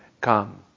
come